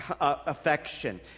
affection